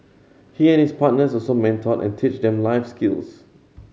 he and his partner also mentor and teach them life skills